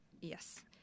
Yes